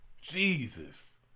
jesus